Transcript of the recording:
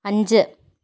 അഞ്ച്